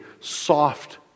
soft